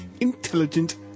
Intelligent